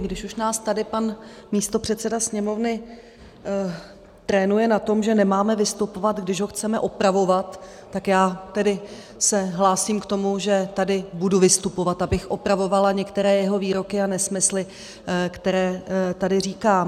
Když už nás tady pan místopředseda Sněmovny trénuje na tom, že nemáme vystupovat, když ho chceme opravovat, tak já tedy se hlásím k tomu, že tady budu vystupovat, abych opravovala některé jeho výroky a nesmysly, které tady říká.